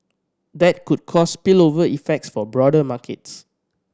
that could cause spillover effects for broader markets